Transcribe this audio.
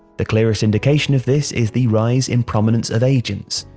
the clearest indication of this is the rise in prominence of agents.